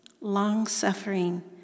long-suffering